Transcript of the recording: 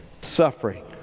suffering